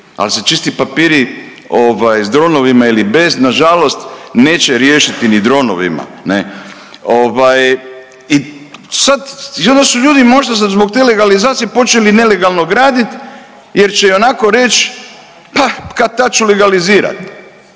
al se čisti papiri ovaj s dronovima ili bez nažalost neće riješiti ni dronovima ne. Ovaj i sad i onda su ljudi možda zbog te legalizacije počeli nelegalno gradit jer će ionako reć, pa kad-tad ću legalizirat,